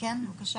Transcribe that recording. בבקשה.